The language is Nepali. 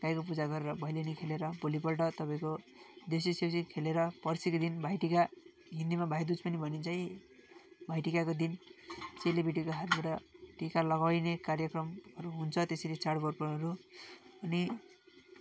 गाईको पूजा गरेर भैलेनी खेलेर भोलिपल्ट तपाईँको देउसी सेउसी खेलेर पर्सीको दिन भाइटिका हिन्दीमा भाइदुज पनि भनिन्छ है भाइटिकाको दिन चेलीबेटीको हातबाट टिका लगाइने कार्यक्रमहरू हुन्छ त्यसरी चाड पर्वहरू अनि